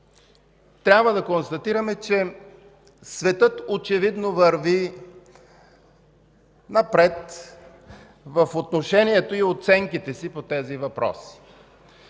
Трябва да констатираме, че светът очевидно върви напред в отношението и оценките си по тези въпроси